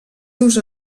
seus